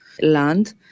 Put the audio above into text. land